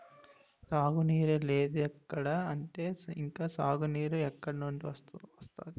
తాగునీరే లేదిక్కడ అంటే ఇంక సాగునీరు ఎక్కడినుండి వస్తది?